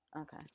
Okay